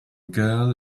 girl